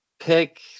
pick